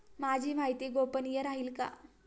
माझी माहिती गोपनीय राहील का?